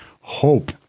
hope